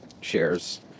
shares